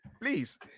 Please